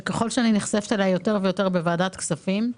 וככל שאני נחשפת אליה יותר ויותר בוועדת הכספים,